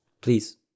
Please